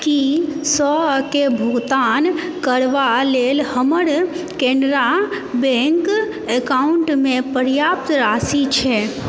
की सएके भुगतान करबा लेल हमर कैनरा बैंक अकाउंट मे पर्याप्त राशि छै